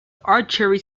archery